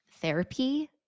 therapy